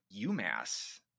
UMass